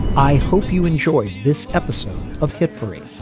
i hope you enjoy this episode of hit free.